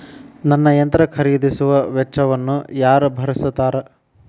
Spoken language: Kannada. ನನ್ನ ಯಂತ್ರ ಖರೇದಿಸುವ ವೆಚ್ಚವನ್ನು ಯಾರ ಭರ್ಸತಾರ್?